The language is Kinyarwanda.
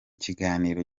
kiganiro